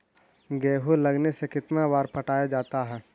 गेहूं लगने से कितना बार पटाया जाता है?